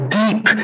deep